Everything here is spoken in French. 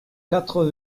quatre